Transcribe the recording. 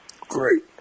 great